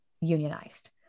unionized